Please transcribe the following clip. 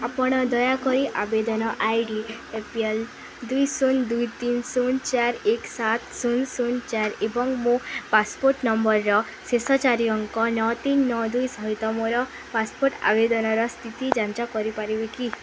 ଆପଣ ଦୟାକରି ଆବେଦନ I D A P L ଦୁଇ ଶୂନ ଦୁଇ ତିନି ଶୂନ ଚାରି ଏକ ସାତ ଶୂନ ଶୂନ ଚାରି ଏବଂ ମୋ ପାସପୋର୍ଟ୍ ନମ୍ବର୍ର ଶେଷ ଚାରି ଅଙ୍କ ନଅ ତିନି ନଅ ଦୁଇ ସହିତ ମୋର ପାସପୋର୍ଟ୍ ଆବେଦନର ସ୍ଥିତି ଯାଞ୍ଚ କରିପାରିବେ କି